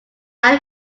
are